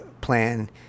plan